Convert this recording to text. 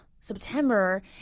September